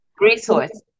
resource